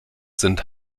sind